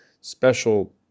special